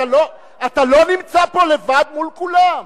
אתה לא נמצא פה לבד מול כולם.